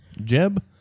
Jeb